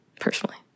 personally